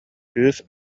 кыыс